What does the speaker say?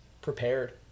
prepared